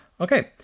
Okay